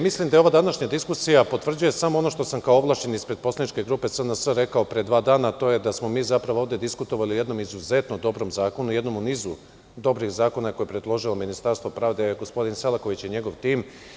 Mislim da i ova današnja diskusija potvrđuje samo ono što sam kao ovlašćeni ispred poslaničke grupe SNS rekao pre dva dana, a to je da smo mi zapravo ovde diskutovali o jednom izuzetno dobrom zakonu, o jednom u nizu dobrih zakona koje je predložilo Ministarstvo pravde, gospodin Selaković i njegov tim.